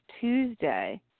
Tuesday